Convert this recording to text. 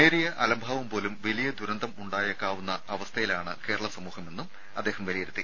നേരിയ അലംഭാവം പോലും വലിയ ദുരന്തം ഉണ്ടാക്കാവുന്ന അവസ്ഥയിലാണ് കേരള സമൂഹമെന്നും അദ്ദേഹം വിലയിരുത്തി